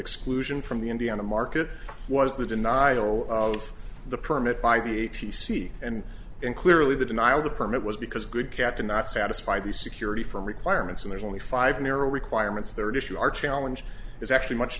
exclusion from the indiana market was the denial of the permit by the a t c and in clearly the denial of the permit was because good captain not satisfied the security firm requirements and there's only five narrow requirements that issue our challenge is actually much